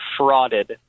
frauded